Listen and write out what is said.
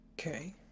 Okay